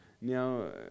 Now